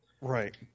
Right